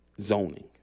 Zoning